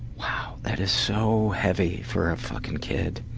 wow. that is so heavy for a fucking kid.